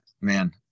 man